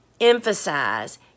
emphasize